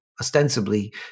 ostensibly